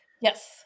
Yes